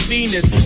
Venus